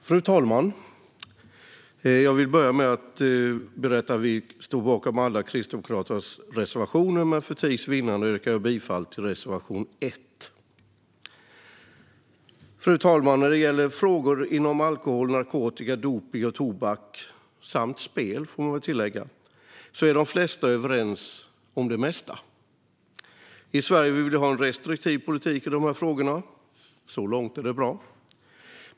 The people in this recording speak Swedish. Fru talman! Jag vill börja med att berätta att vi står bakom Kristdemokraternas alla reservationer, men för tids vinnande yrkar jag bifall bara till reservation 1. Fru talman! När det gäller frågor inom området alkohol, narkotika, dopning och tobak - samt spel, får man väl tillägga - är de flesta överens om det mesta. I Sverige vill vi ha en restriktiv politik i dessa frågor. Så långt är det bra.